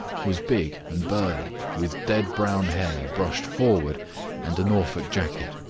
was big and burly, with dead brown hair brushed forward and a norfolk jacket.